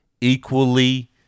equally